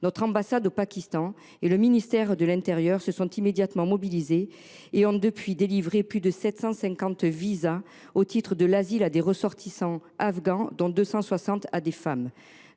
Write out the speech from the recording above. Notre ambassade sur place et le ministère de l’intérieur se sont immédiatement mobilisés et ont depuis fourni plus de 750 visas au titre de l’asile à des ressortissants afghans, dont 260 à des femmes.